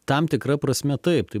tam tikra prasme taip tai